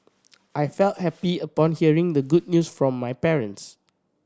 I felt happy upon hearing the good news from my parents